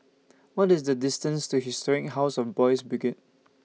What IS The distance to Historic House of Boys' Brigade